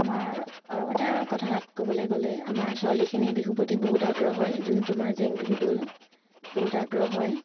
আমাৰ আৰু এটা কথা ক'বলৈ গ'লে আমাৰ ছোৱালীখিনি বিহুৰ প্ৰতি বহুত আগ্ৰহ হয় যোনটো মাৰ জেং বিহু দল বহুত আগ্ৰহ হয়